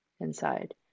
inside